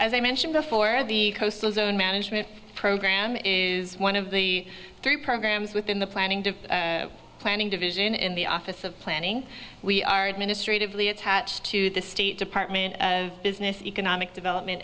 as i mentioned before the coastal zone management program is one of the three programs within the planning to planning division in the office of planning we are ministry to attach to the state department business economic development